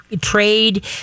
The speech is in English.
trade